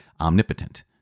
omnipotent